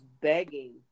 begging